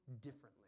differently